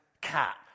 Cat